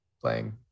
playing